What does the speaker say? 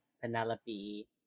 Penelope